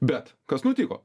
bet kas nutiko